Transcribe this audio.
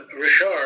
Richard